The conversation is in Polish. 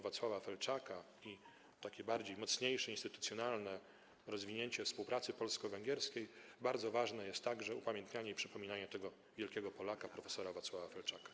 Wacława Felczaka i mocniejsze, instytucjonalne rozwinięcie współpracy polsko-węgierskiej, bardzo ważne jest także upamiętnianie, przypominanie tego wielkiego Polaka, prof. Wacława Felczaka.